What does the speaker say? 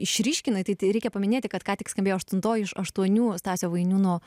išryškinai tai tai reikia paminėti kad ką tik skambėjo aštuntoji iš aštuonių stasio vainiūno